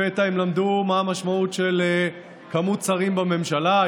לפתע הם למדו מה המשמעות של מספר שרים בממשלה,